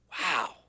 Wow